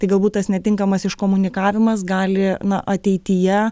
tai galbūt tas netinkamas iškomunikavimas gali na ateityje